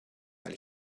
weil